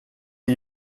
die